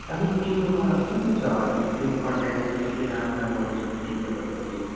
अनि तिम्रोमा को को छ तिम्रो कन्ट्याक्टमा जो चाहिँ नाच गान गर्नु सक्छ टिचर्सहरूपट्टि